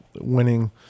winning